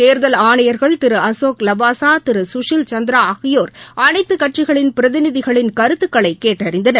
தேர்தல் ஆணையர்கள் திரு அசோக் லவாசா திரு சுஷில் சந்திரா ஆகியோர் அனைத்துக் கட்சிகளின் பிரதிநிதிகளின் கருத்துக்களை கேட்டறிந்தனர்